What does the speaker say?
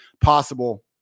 possible